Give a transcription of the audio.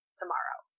tomorrow